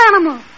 animal